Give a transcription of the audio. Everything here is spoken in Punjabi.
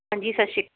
ਹਾਂਜੀ ਸ਼ੱਸ਼ੀ